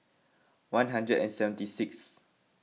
one hundred and seventy sixth